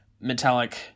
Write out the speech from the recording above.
metallic